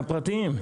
מהפרטיים?